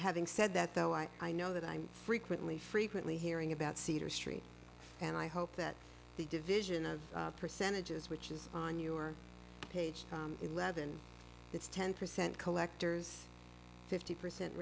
having said that though i know that i'm frequently frequently hearing about cedar street and i hope that the division of percentages which is on your page eleven it's ten percent collectors fifty percent